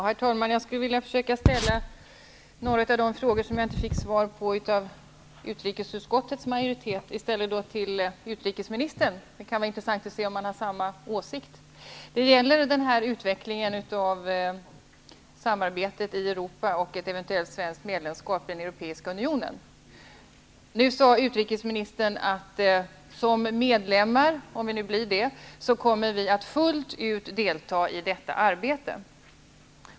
Herr talman! Jag skulle vilja försöka ställa några av de frågor jag inte fick svar på av utrikesutskottets majoritet till utrikesministern i stället -- det kan vara intressant att se om man har samma åsikter. Det gäller utvecklingen av samarbetet i Europa och ett eventuellt svenskt medlemskap i den europeiska unionen. Utrikesministern sade att vi som medlemmar, om vi nu blir det, kommer att fullt ut delta i unionens arbete.